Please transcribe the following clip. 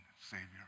Savior